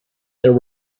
there